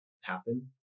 happen